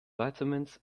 vitamins